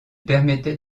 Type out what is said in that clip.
permettait